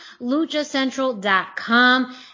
luchacentral.com